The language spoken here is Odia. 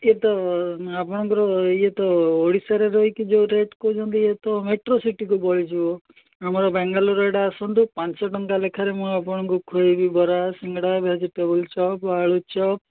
ଇଏ ତ ଆପଣଙ୍କର ଇଏ ତ ଓଡ଼ିଶାରେ ରହିକି ଯେଉଁ ରେଟ୍ କହୁଛନ୍ତି ଇଏ ତ ମେଟ୍ରୋସିିଟିକୁ ବଳିଯିବ ଆମର ବେଙ୍ଗାଲୋର ଏଇଟା ଆସନ୍ତୁ ପାଞ୍ଚ ଟଙ୍କା ଲେଖାରେ ମୁଁ ଆପଣଙ୍କୁ ଖୋଇବି ବରା ସିଙ୍ଗଡ଼ା ଭେଜିଟେବୁଲଚପ୍ ଆଳୁଚପ୍